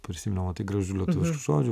prisiminiau matai gražių lietuviškų žodžių